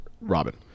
Robin